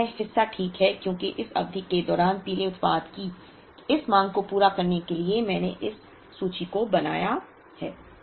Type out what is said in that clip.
फिर यह हिस्सा ठीक है क्योंकि इस अवधि के दौरान पीले उत्पाद की इस मांग को पूरा करने के लिए मैंने इस सूची को बनाया है